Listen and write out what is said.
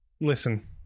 Listen